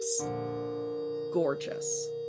gorgeous